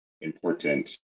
important